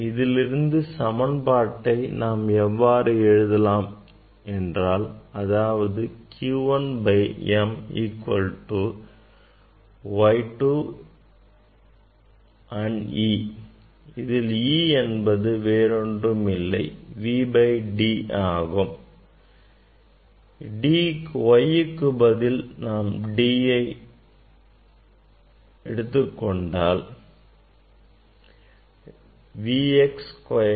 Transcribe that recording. இதிலிருந்து சமன்பாட்டை நாம் இவ்வாறு எழுதலாம் அதாவது q by m equal to Y 2 and E என்பது வேறொன்றும் இல்லை V by D ஆகும் if I put V by D